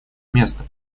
места